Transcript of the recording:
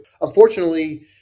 Unfortunately